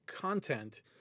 content